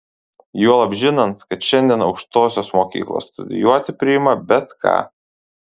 juolab žinant kad šiandien aukštosios mokyklos studijuoti priima bet ką